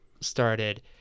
started